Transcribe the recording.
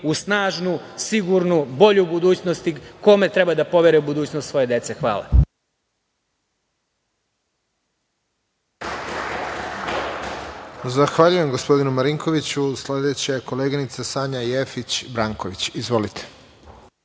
u snažnu, sigurnu, bolju budućnost i kome treba da povere budućnost svoje dece. Hvala.